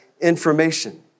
information